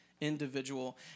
individual